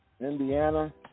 Indiana